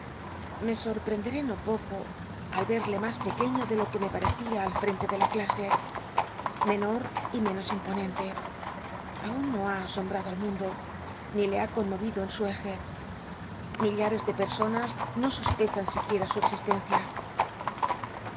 me sorprenderé no poco al vel'le mas pequeño de lo que me p ll'ccia al frente de la clase menor y menos imponente aun no ha a ombrado al mundo ni te ha conmovido en su eje millares de personas nn sospechan siquiera su existencia